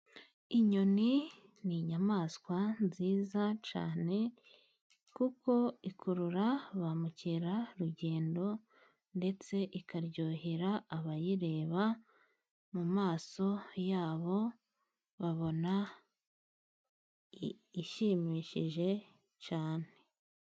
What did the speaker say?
Inyoni ni inyamaswa nziza cyane, kuko ikurura ba mukerarugendo, ndetse ikaryohera abayireba mu maso yabo, babona ishimishije cyane.